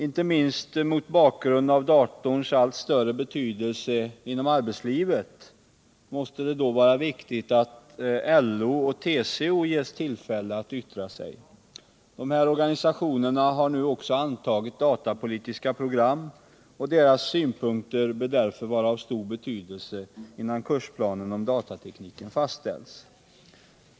Inte minst mot bakgrund av datorns allt större betydelse inom arbetslivet måste det då vara riktigt att LO och TCO ges tillfälle att yttra sig. Dessa organisationer har antagit datapolitiska program, och deras synpunkter bör därför vara av stor betydelse innan kursplanen i ämnet datalära fastställs.